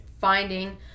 finding